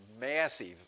massive